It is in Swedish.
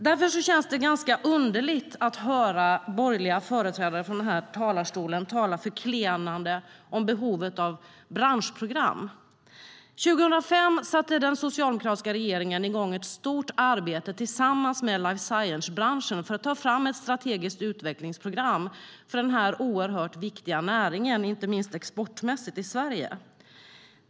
Därför känns det ganska underligt att höra borgerliga företrädare tala förklenande om behovet av branschprogram. År 2005 satte den socialdemokratiska regeringen i gång ett stort arbete tillsammans med life science-branschen för att ta fram ett strategiskt utvecklingsprogram för denna viktiga näring, inte minst exportmässigt.